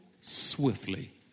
swiftly